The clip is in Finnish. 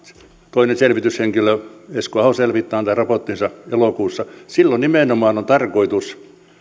toinen selvityshenkilö esko aho selvittää ja antaa raporttinsa elokuussa silloin nimenomaan on tarkoitus sitä